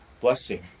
blessing